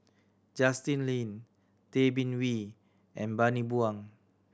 Justin Lean Tay Bin Wee and Bani Buang